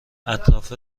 اطراف